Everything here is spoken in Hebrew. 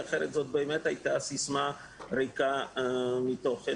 אחרת זו באמת הייתה סיסמה ריקה מתוכן